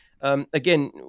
Again